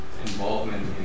involvement